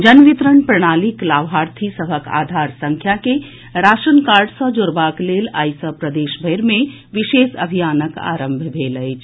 जन वितरण प्रणालीक लाभार्थी सभक आधार संख्या के राशन कार्ड सँ जोड़बाक लेल आइ सँ प्रदेशभरि मे विशेष अभियानक आरंभ भेल अछि